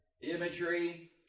imagery